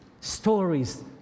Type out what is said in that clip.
stories